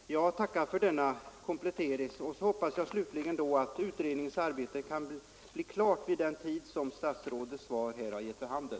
Herr talman! Jag tackar för denna komplettering och hoppas att utredningens arbete kan bli klart vid den tidpunkt som statsrådets svar har givit vid handen.